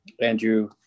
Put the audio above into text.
Andrew